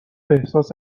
احساس